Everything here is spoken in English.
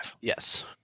yes